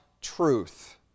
truth